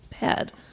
bad